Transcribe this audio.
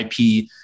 IP